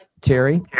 Terry